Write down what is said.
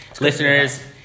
Listeners